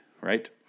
right